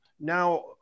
Now